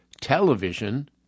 television